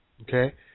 okay